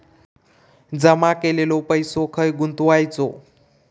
जमा केलेलो पैसो खय गुंतवायचो?